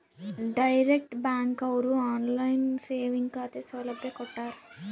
direct bank ಅವ್ರು online saving ಖಾತೆ ಸೌಲಭ್ಯ ಕೊಟ್ಟಾರ